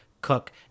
cook